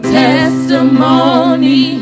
testimony